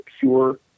pure